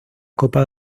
copa